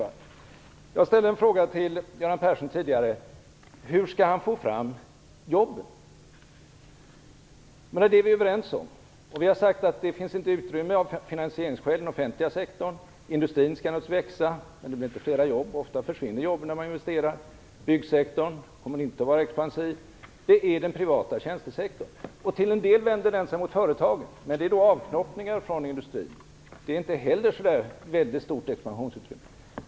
Jag ställde tidigare en fråga till Göran Persson, hur han skall få fram jobben. Vi har sagt att det inte finns utrymme i den offentliga sektorn, av finansieringsskäl. Industrin skall naturligtvis växa, men det blir inte flera jobb, utan de försvinner ofta. Byggsektorn kommer inte att vara expansiv. Då är det den privata tjänstesektorn. Den vänder sig till en del till företagen, men det är avknoppningar från industrin. Där finns det inte heller så stort expansionsutrymme.